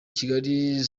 kigali